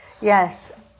yes